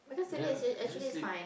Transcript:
then then sleep